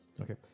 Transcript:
Okay